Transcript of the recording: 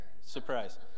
Surprise